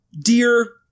dear